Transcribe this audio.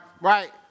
Right